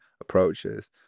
approaches